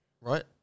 right